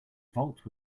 vault